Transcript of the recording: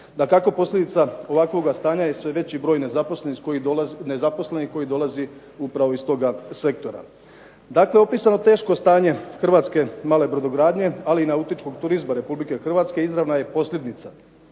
Dakako, posljedica ovakvoga stanja je sve veći broj nezaposlenih koji dolazi upravo iz toga sektora. Dakle, opisano teško stanje hrvatske male brodogradnje, ali i nautičkog turizma RH izravna je posljedica